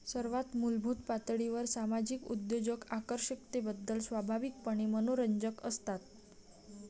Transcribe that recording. सर्वात मूलभूत पातळीवर सामाजिक उद्योजक आकर्षकतेबद्दल स्वाभाविकपणे मनोरंजक असतात